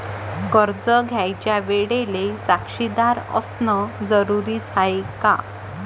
कर्ज घ्यायच्या वेळेले साक्षीदार असनं जरुरीच हाय का?